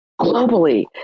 globally